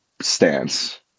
stance